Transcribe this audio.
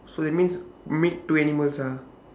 so that means mate two animals ah